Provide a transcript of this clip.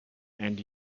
and